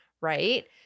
right